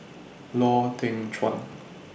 Lau Teng Chuan